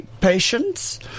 patients